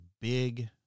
big